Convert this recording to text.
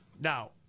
now